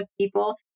people